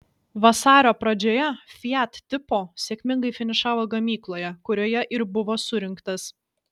vasario pradžioje fiat tipo sėkmingai finišavo gamykloje kurioje ir buvo surinktas